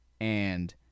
and-